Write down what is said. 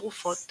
התרופות